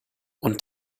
und